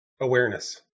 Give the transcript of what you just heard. awareness